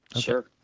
Sure